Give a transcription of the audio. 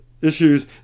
issues